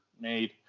made